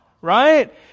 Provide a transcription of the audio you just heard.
right